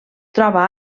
troba